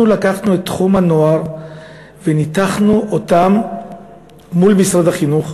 אנחנו לקחנו את תחום הנוער וניתחנו אותו מול משרד החינוך,